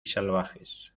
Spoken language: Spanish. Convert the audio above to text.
salvajes